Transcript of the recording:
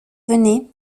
venait